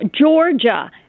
Georgia